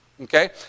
Okay